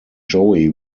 joey